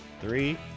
three